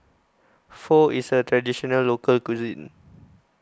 Pho is a Traditional Local Cuisine